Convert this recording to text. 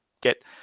get